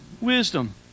wisdom